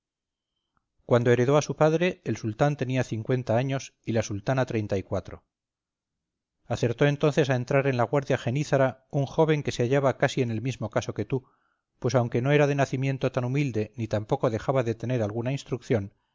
cuando heredó a su padre el sultán tenía cincuenta años y la sultana treinta y cuatro acertó entonces a entrar en la guardia genízara un joven que se hallaba casi en el mismo caso que tú pues aunque no era de nacimiento tan humilde ni tampoco dejaba de tener alguna instrucción